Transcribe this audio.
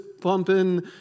pumping